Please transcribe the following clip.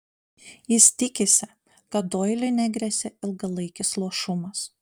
jis tikisi kad doiliui negresia ilgalaikis luošumas